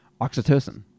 oxytocin